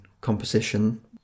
composition